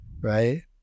right